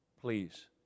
Please